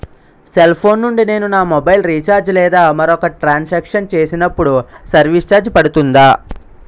Cell phone నుండి నేను నా మొబైల్ రీఛార్జ్ లేదా మరొక ట్రాన్ సాంక్షన్ చేసినప్పుడు సర్విస్ ఛార్జ్ పడుతుందా?